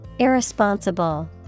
Irresponsible